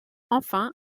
enfin